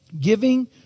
Giving